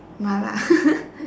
麻辣